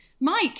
Mike